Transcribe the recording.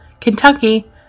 Kentucky